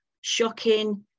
shocking